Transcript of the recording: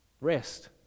rest